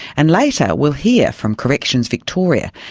and later we'll hear from corrections victoria.